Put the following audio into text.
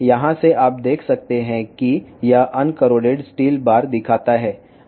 ఇక్కడ మీరు గమనిస్తే ఇది తుప్పు లేని ఉక్కు పట్టీని చూపిస్తుంది